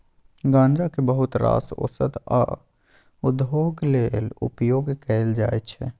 गांजा केँ बहुत रास ओषध आ उद्योग लेल उपयोग कएल जाइत छै